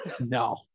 No